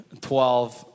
12